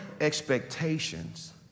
expectations